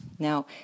Now